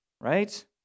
right